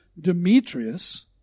Demetrius